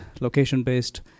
location-based